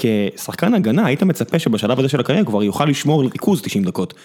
כשחקן הגנה היית מצפה שבשלב הזה של הקריירה הוא כבר יוכל לשמור ריכוז 90 דקות.